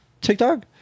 TikTok